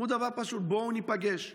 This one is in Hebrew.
שלושה, ארבעה, ואי-אפשר להסתתר מאחורי פסק דין,